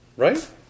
Right